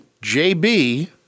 JB